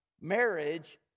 Marriage